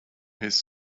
his